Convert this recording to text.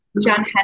John